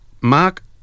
mark